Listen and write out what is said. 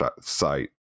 site